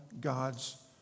God's